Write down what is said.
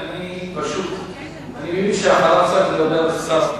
אני מבין שאחריו צריך לדבר שר הפנים.